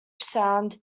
sound